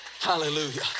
Hallelujah